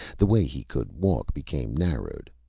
the way he could walk became narrowed.